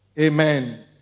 Amen